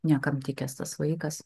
niekam tikęs tas vaikas